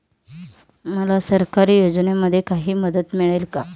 मला सरकारी योजनेमध्ये काही मदत मिळेल का?